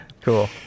Cool